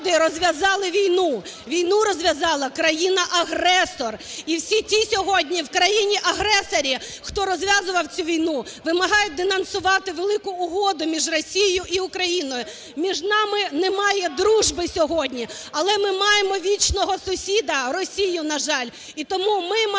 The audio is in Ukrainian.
війну! Війну розв'язала країна-агресор! І всі ті сьогодні в країні-агресорі, хто розв'язував цю війну, вимагають денонсувати "велику угоду" між Росією і Україною. Між нами немає дружби сьогодні, але ми маємо вічного сусіда – Росію, на жаль. І тому ми маємо